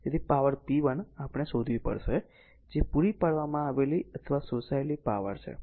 તેથી power p 1 આપણે શોધવી પડશે જે પૂરી પાડવામાં આવેલી અથવા શોષાયેલી પાવર છે